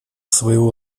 своего